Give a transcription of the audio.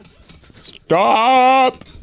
Stop